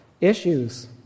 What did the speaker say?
issues